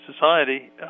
society